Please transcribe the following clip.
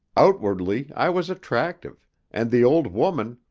outwardly i was attractive and the old woman,